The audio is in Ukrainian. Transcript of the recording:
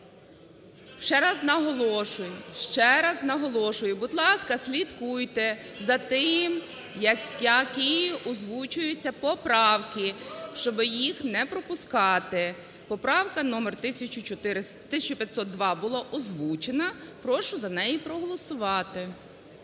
Ще раз наголошую, будь ласка, слідкуйте за тим, які озвучуються поправки, щоби їх не пропускати. Поправка номер 1502 – було озвучено. Прошу за неї проголосувати.